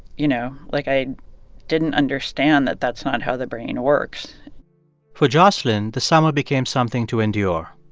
you know? like, i didn't understand that that's not how the brain works for jocelyn, the summer became something to endure.